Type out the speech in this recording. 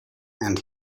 and